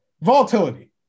volatility